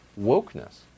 wokeness